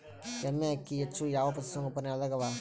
ಎಮ್ಮೆ ಅಕ್ಕಿ ಹೆಚ್ಚು ಯಾವ ಪಶುಸಂಗೋಪನಾಲಯದಾಗ ಅವಾ?